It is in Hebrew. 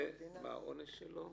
זה העונש שלו?